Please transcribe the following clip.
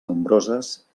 nombroses